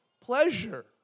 pleasure